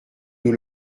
nous